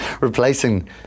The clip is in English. replacing